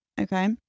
Okay